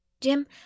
Jim